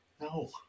No